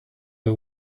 but